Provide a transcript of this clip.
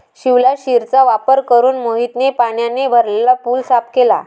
शिवलाशिरचा वापर करून मोहितने पाण्याने भरलेला पूल साफ केला